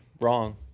wrong